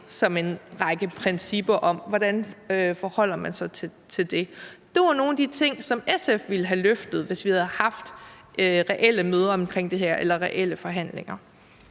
som en række principper om, hvordan man forholder sig til det. Det var nogle af de ting, som SF ville have løftet, hvis vi havde haft reelle møder eller forhandlinger